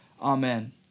Amen